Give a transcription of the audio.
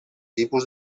tipus